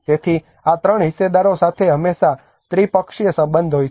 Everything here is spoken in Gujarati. તેથી આ 3 હિસ્સેદારો સાથે હંમેશાં ત્રિપક્ષીય સંબંધ હોય છે